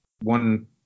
one